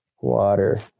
Water